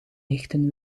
nichten